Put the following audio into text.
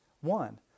One